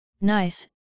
nice